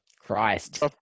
Christ